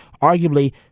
arguably